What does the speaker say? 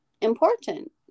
important